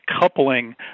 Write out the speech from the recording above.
coupling